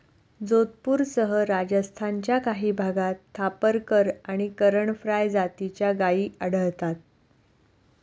जोधपूरसह राजस्थानच्या काही भागात थापरकर आणि करण फ्राय जातीच्या गायी आढळतात